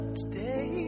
today